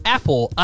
Apple